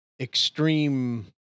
extreme